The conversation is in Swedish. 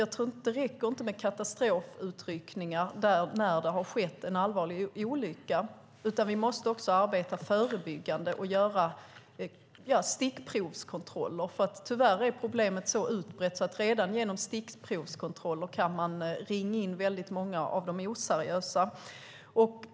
Det räcker inte med katastrofutryckningar när det har skett en allvarlig olycka, utan vi måste också arbeta förebyggande och göra stickprovskontroller. Problemet är så utbrett att man redan med stickprovskontroller kan ringa in väldigt många av de oseriösa.